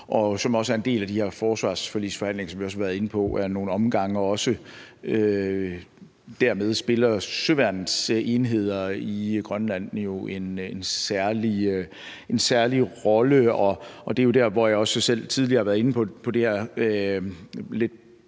og som også er en del af de her forsvarsforligsforhandlinger, som vi har været inde på ad nogle omgange, og også derved spiller søværnets enheder i Grønland jo en særlig rolle. Det er jo der, hvor jeg også selv tidligere har været inde på her paradoks,